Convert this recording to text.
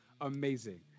amazing